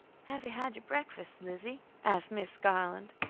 have you had your breakfast, lizzie? asked mrs. garland.